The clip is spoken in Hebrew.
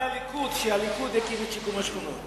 שהליכוד הקים את שיקום שכונות.